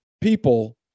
people